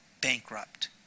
bankrupt